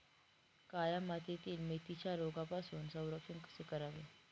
काळ्या मातीतील मेथीचे रोगापासून संरक्षण कसे करावे?